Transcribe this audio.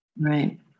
Right